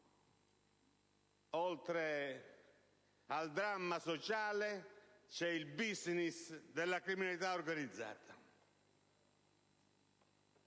Oltre al dramma sociale, c'è il *business* della criminalità organizzata.